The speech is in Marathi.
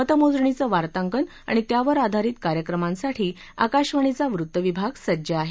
मतमोजणीचं वार्तांकन आणि त्यावर आधारित कार्यक्रमांसाठी आकाशवाणीचा वृत्त सेवाविभाग सज्ज आहे